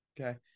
Okay